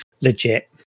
legit